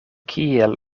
kiel